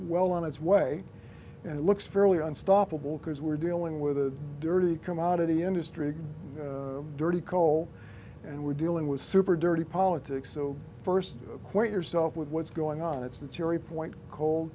well on its way and looks fairly unstoppable because we're dealing with a dirty commodity industry dirty coal and we're dealing with super dirty politics so first acquaint yourself with what's going on it's a cheery point cold